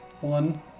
One